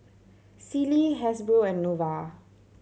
Sealy Hasbro and Nova